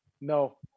no